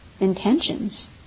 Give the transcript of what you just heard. intentions